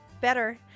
better